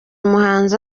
muhanzi